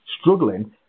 struggling